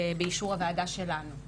באישור הוועדה שלנו.